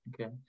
Okay